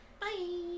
Bye